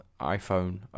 iPhone